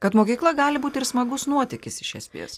kad mokykla gali būti ir smagus nuotykis iš esmės